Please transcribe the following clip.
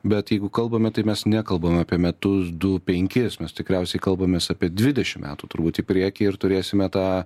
bet jeigu kalbame tai mes nekalbame apie metus du penkis mes tikriausiai kalbamės apie dvidešimt metų turbūt į priekį ir turėsime tą